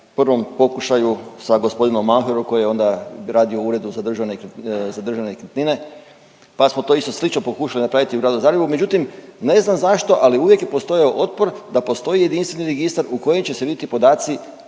prvom pokušaju sa gospodinom …/Govornik se ne razumije./… koji je onda radio u Uredu za državne, za državne nekretnine pa smo to isto slično pokušali napraviti u Gradu Zagrebu, međutim ne znam zašto ali uvijek je postojao otpor da postoji jedinstveni registar u kojem će se vidjeti podaci